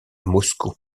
moscou